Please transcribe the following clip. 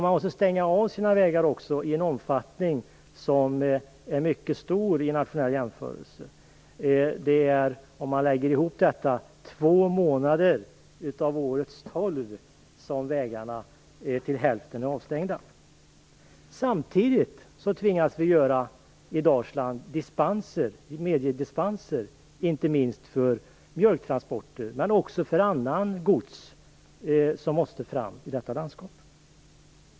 Man måste också stänga av sina vägar i en omfattning som är mycket stor vid nationell jämförelse. Om man lägger ihop tiden är det två månader av årets tolv som vägarna är till hälften avstängda. Samtidigt tvingas vi i Dalsland medge dispenser, inte minst för mjölktransporter, men också för annat gods som måste fram i detta landskap.